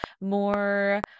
more